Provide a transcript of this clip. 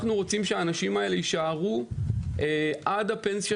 אנחנו רוצים שהאנשים האלה יישארו עד הפנסיה